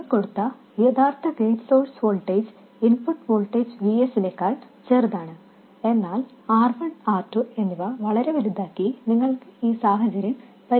നമ്മൾ കൊടുത്ത യഥാർത്ഥ gate source voltage input voltage Vs നേക്കാൾ ചെറുതാണ് എന്നാൽ R1 R2 എന്നിവ വളരെ വലുതാക്കി നിങ്ങൾക്ക് ഈ സാഹചര്യം പരിഹരിക്കാൻ കഴിയും